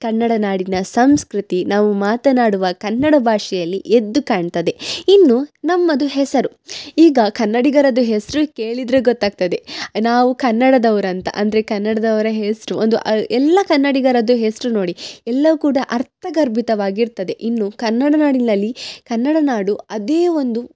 ಕನ್ನಡ ನಾಡಿನ ಸಂಸ್ಕೃತಿ ನಾವು ಮಾತನಾಡುವ ಕನ್ನಡ ಭಾಷೆಯಲ್ಲಿ ಎದ್ದು ಕಾಣ್ತದೆ ಇನ್ನು ನಮ್ಮದು ಹೆಸರು ಈಗ ಕನ್ನಡಿಗರದ್ದು ಹೆಸರು ಕೇಳಿದರೆ ಗೊತ್ತಾಗ್ತದೆ ನಾವು ಕನ್ನಡದವ್ರು ಅಂತ ಅಂದರೆ ಕನ್ನಡದವರ ಹೆಸರು ಒಂದು ಎಲ್ಲ ಕನ್ನಡಿಗರದ್ದು ಹೆಸರು ನೋಡಿ ಎಲ್ಲವು ಕೂಡ ಅರ್ಥ ಗರ್ಭಿತವಾಗಿರ್ತದೆ ಇನ್ನು ಕನ್ನಡ ನಾಡಿನಲ್ಲಿ ಕನ್ನಡ ನಾಡು ಅದೇ ಒಂದು